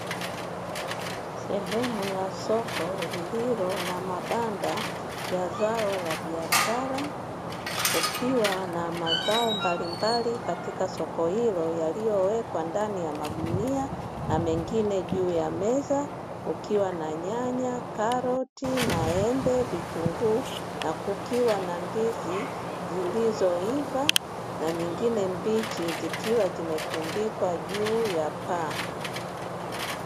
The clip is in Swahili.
Sehemu ya soko lilillo na mabanda ya zao la biashara, kukiwa na mazao mbalimbali katika soko hilo, yaliyowekwa ndani ya magunia na mengine juu ya meza, kukiwa na nyanya; karoti, maembe, vitunguu na kukiwa na ndizi zilizoiva na nyingine mbichi, zikiwa zimetundikwa juu ya paa.